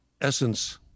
essence